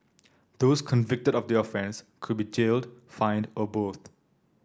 those convicted of the offence could be jailed fined or both